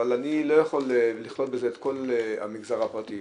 אבל אני לא יכול לכלול בזה את כל המגזר הפרטי,